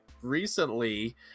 recently